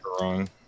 wrong